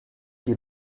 die